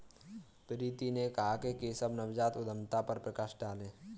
प्रीति ने कहा कि केशव नवजात उद्यमिता पर प्रकाश डालें